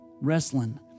wrestling